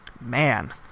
man